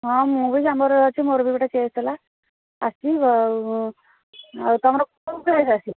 ହଁ ମୁଁ ବି ଚାମ୍ବର୍ରେ ଅଛି ମୋର ବି ଗୋଟେ କେସ୍ ଥିଲା ଆସିଛି ଆଉ ତୁମର କେଉଁ କେସ୍ ଆସିଛି